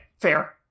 Fair